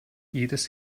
jedes